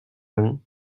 vingt